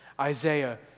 Isaiah